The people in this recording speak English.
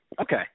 Okay